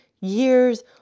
years